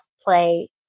play